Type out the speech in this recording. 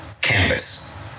canvas